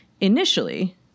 initially